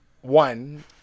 one